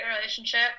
relationship